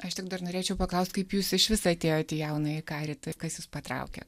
aš tik dar norėčiau paklaust kaip jūs išvis atėjot į jaunąjį karitą kas jus patraukė